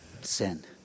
sin